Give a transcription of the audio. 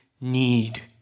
need